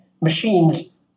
machines